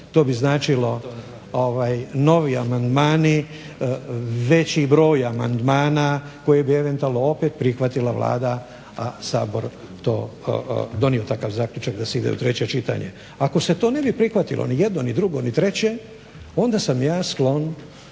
To bi značilo novi amandmani, veći broj amandmana koje bi eventualno opet prihvatila Vlada, a Sabor to donio takav zaključak da se ide u treće čitanje. Ako se to ne bi prihvatilo ni jedno ni drugo ni treće onda sam ja sklon